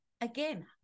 again